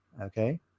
Okay